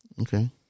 Okay